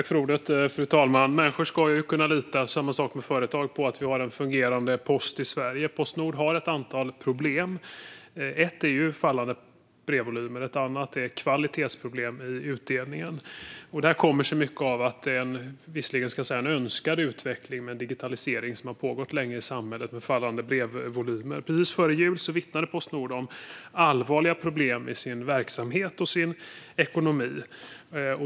Fru talman! Människor och företag ska kunna lita på att vi har en fungerande post i Sverige. Postnord har ett antal problem. Ett är fallande brevvolymer. Ett annat är kvalitetsproblem i utdelningen. Mycket av detta kommer sig av en visserligen önskad utveckling mot digitalisering av samhället som pågått länge med fallande brevvolymer som följd. Precis före jul vittnade Postnord om allvarliga problem i sin verksamhet och sin ekonomi.